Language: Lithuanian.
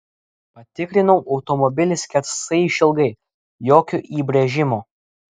patikrinau automobilį skersai išilgai jokio įbrėžimo